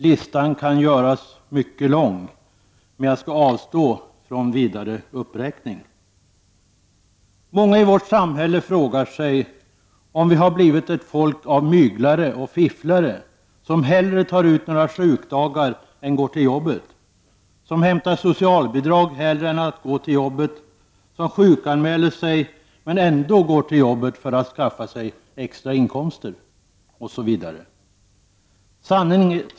Listan kan göras mycket lång, men jag skall avstå från vidare uppräkning. Många i vårt samhälle frågar sig om vi har blivit ett folk av myglare och fifflare som hellre tar ut några sjukdagar än går till jobbet, som hämtar socialbidrag hellre än att gå till jobbet, som sjukanmäler sig men ändå går till jobbet för att skaffa sig extra inkomster osv.